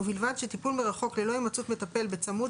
ובלבד שטיפול מרחוק ללא הימצאות מטפל בצמוד